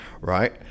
right